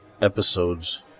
episodes